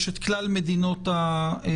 יש את כלל מדינות העולם,